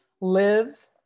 Live